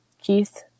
Keith